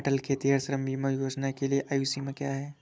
अटल खेतिहर श्रम बीमा योजना के लिए आयु सीमा क्या है?